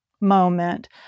moment